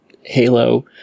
Halo